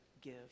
give